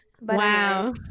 Wow